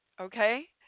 Okay